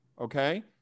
Okay